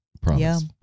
Promise